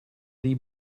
dei